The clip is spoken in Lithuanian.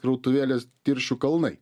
krautuvėlės tirščių kalnai